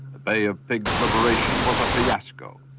the bay of pigs liberation was a fiasco,